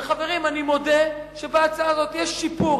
וחברים, אני מודה שבהצעה הזאת יש שיפור.